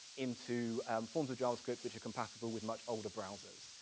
into um forms of javascript which are compatible with much older browsers.